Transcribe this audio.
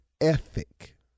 ethic